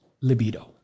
libido